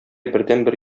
бердәнбер